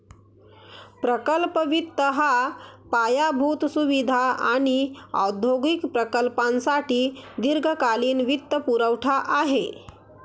प्रकल्प वित्त हा पायाभूत सुविधा आणि औद्योगिक प्रकल्पांसाठी दीर्घकालीन वित्तपुरवठा आहे